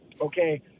okay